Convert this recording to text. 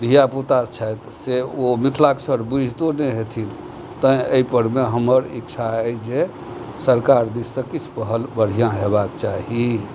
धियापुता छथि से ओ मिथिलाक्षर बुझितो नहि हेथिन तै अइपरमे हमर इच्छा अइ जे सरकार दिससँ किछ पहल बढ़ियाँ हेबाक चाही